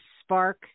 spark